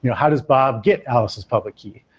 you know how does bob get alice's public key?